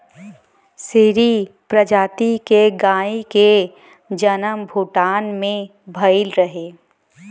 सीरी प्रजाति के गाई के जनम भूटान में भइल रहे